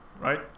right